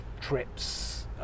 trips